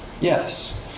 Yes